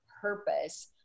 purpose